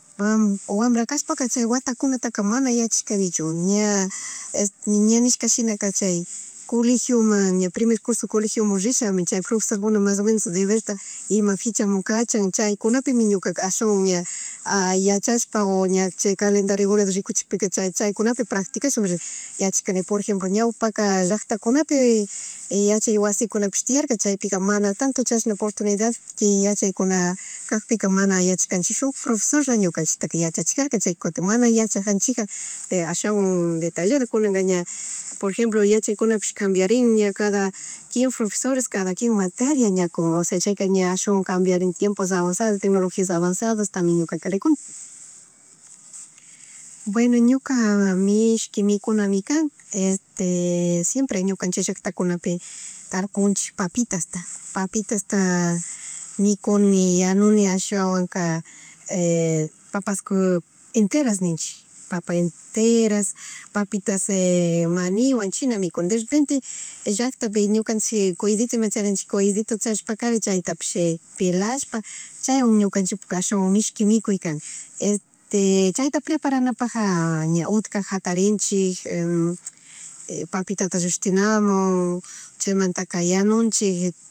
O wambra kashpaka chaywatakunataka mana yachashkanichu ña este ña nishka shinaka chay colegioman ña primero curso, colegioman rishami chay profesorkunaman mas o menos deberta ima chay kupinapi ñukaka ashuwan ña yachashpa o chay calendariokunata rikuchikpimi chay chaykunapimi practikashpa yashcashkani por ejemplo ñawpaka llacktakunapi yachay wasikunapish tiyarka chaypi mana tanto chashna portunidad yachaykuna kagkpika mana yachashkanchi shuk profesorala ñukanchiktaka yachachijarka chay kutin mana yachajanchikja ashawan detallado kunaka ña por ejemplo yachaykunapish kambiarin ña cada quien profesores cada quien materia kun osea chayka ña ashawan kambiarin tiempos avanzados, tegnologias avanzados tami ñukaka rikuni. Bueno ñuka mishkui mikunami kan este siempre ñukanchik llacktakunapi tarpunchik papitatas, papitasta papitatas mikuni, yanuni ashawanka papas con, enterashta ninchik, papa enteras papitas maninwan chinami mikuni derepente llacktapi ñukanchik cuyllito ima charinchik cuyllito charishpakari chayta pish pelashpa chaywan ñukanchikpuka ashawan mishki mikuy kan este, chayta preparanapaja ña utka jatarinchik papitata llushtinamun chaymantaka yanunchik